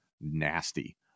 nasty